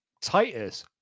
Titus